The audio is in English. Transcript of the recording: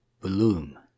bloom